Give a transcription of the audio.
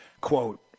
quote